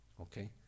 Okay